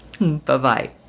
Bye-bye